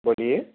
بولیے